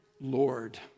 Lord